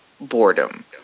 boredom